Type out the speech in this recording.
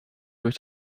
durch